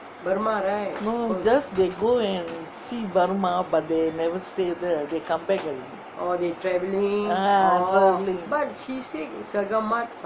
no just they go and see burma but they never stay there they come back already ah travelling